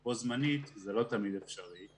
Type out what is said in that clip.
השני בו-זמנית זה לא תמיד אפשרי.